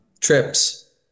trips